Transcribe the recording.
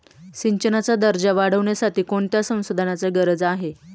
सिंचनाचा दर्जा वाढविण्यासाठी कोणत्या संसाधनांची गरज आहे?